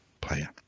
player